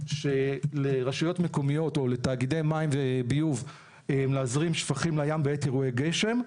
לרשויות מקומיות או לתאגידי מים וביוב להזרים שפכים לים בעת אירועי גשם.